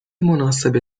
مناسب